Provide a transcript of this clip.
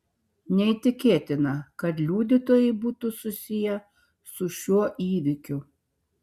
neįtikėtina kad liudytojai būtų susiję su šiuo įvykiu